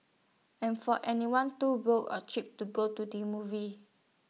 and for anyone too broke or cheap to go to the movies